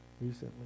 recently